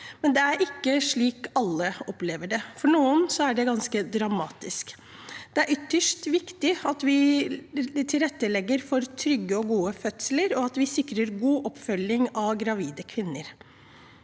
men det er ikke slik alle opplever det. For noen er det ganske dramatisk. Det er ytterst viktig at vi tilrettelegger for trygge og gode fødsler, og at vi sikrer god oppfølging av gravide kvinner.